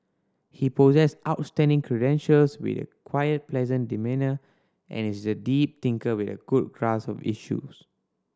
he possess outstanding credentials with a quiet pleasant demeanour and is a deep thinker with a good grasp of issues